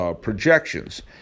projections